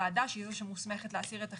בוועדה, שהיא מוסמכת להסיר את החיסיון.